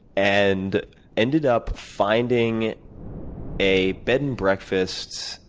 and ended up finding a bed and breakfast,